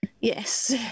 Yes